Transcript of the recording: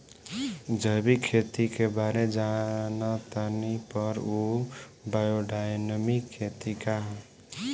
जैविक खेती के बारे जान तानी पर उ बायोडायनमिक खेती का ह?